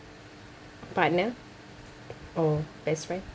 partner or best friend